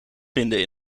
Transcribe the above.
vinden